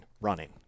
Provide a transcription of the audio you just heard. Running